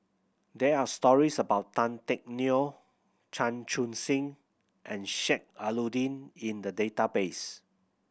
there are stories about Tan Teck Neo Chan Chun Sing and Sheik Alau'ddin in the database